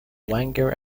wagner